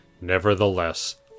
Nevertheless